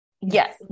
Yes